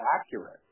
accurate